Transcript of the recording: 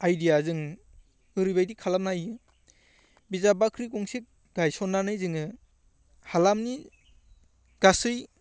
idea जों ओरैबायदि खालामनो हायो बिजाब बाख्रि गंसे गायसननानै जोङो हालामनि गासै